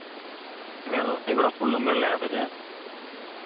വെൾ ഇവിടെ ഫുള്ളും വെള്ളയാണ് പിന്നെ